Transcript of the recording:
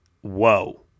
Whoa